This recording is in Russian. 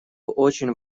очень